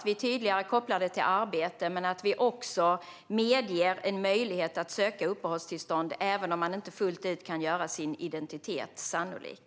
Vi kopplar det tydligare till arbete, men vi medger också en möjlighet att söka uppehållstillstånd även om man inte fullt ut kan göra sin identitet sannolik.